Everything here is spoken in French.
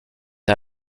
est